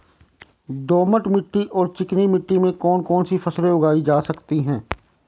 दोमट मिट्टी और चिकनी मिट्टी में कौन कौन सी फसलें उगाई जा सकती हैं?